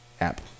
app